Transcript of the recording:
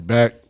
Back